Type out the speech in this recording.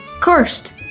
Cursed